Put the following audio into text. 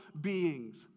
beings